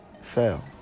fail